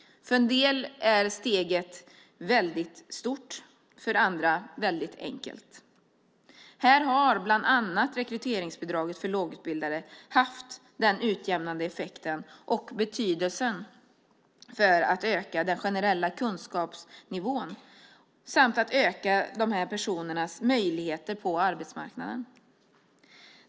För en del är steget väldigt stort, för andra väldigt enkelt. Här har bland annat rekryteringsbidraget för lågutbildade haft en utjämnande effekt och betydelse för att öka den generella kunskapsnivån och för att öka dessa personers möjligheter på arbetsmarknaden.